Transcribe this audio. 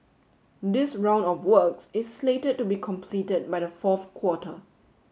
this round of works is slated to be completed by the fourth quarter